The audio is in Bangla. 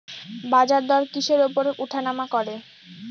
বাজারদর কিসের উপর উঠানামা করে?